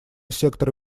сектора